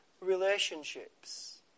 relationships